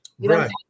right